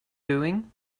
doing